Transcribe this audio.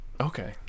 Okay